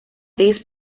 these